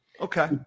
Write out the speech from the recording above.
okay